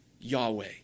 Yahweh